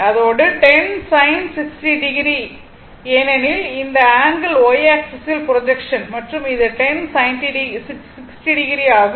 அதோடு 10 sin 60 ஏனெனில் இந்த ஆங்கிள் y ஆக்ஸிஸ் ப்ரொஜெக்ஷன் மற்றும் இது 10 sin 60 ஆகும்